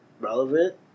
relevant